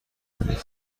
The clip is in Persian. کنید